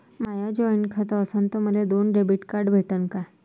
माय joint खातं असन तर मले दोन डेबिट कार्ड भेटन का?